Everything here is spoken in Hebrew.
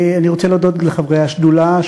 אני רוצה להודות לחברי השדולה,